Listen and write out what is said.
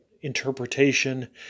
interpretation